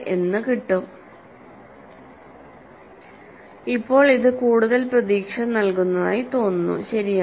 എന്ന് കിട്ടും ഇപ്പോൾ ഇത് കൂടുതൽ പ്രതീക്ഷ നൽകുന്നതായി തോന്നുന്നു ശരിയാണ്